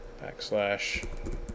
backslash